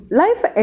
life